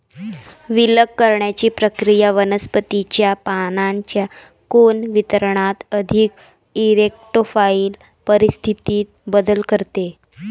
विलग करण्याची प्रक्रिया वनस्पतीच्या पानांच्या कोन वितरणात अधिक इरेक्टोफाइल परिस्थितीत बदल करते